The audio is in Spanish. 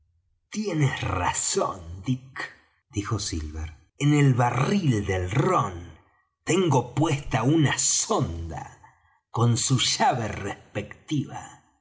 tienes razón dick dijo silver en el barril del rom tengo puesta una sonda con su llave respectiva